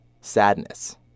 Sadness